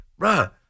Bruh